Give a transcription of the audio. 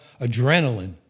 adrenaline